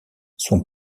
sont